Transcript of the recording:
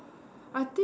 I think